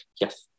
Yes